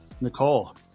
Nicole